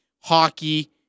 hockey